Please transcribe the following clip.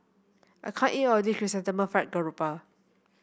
I can't eat all of this Chrysanthemum Fried Garoupa